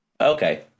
Okay